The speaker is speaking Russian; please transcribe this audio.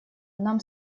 нам